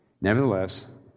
Nevertheless